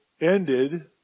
ended